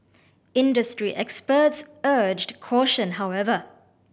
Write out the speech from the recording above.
industry experts urged caution however